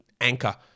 anchor